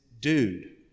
dude